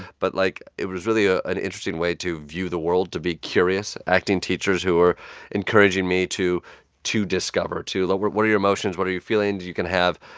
but, like, it was really ah an interesting way to view the world to be curious acting teachers who were encouraging me to to discover, to like what are your emotions? what are your feelings? you can have